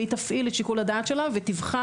והיא תפעיל את שיקול הדעת שלה ותבחר